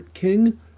King